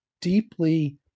deeply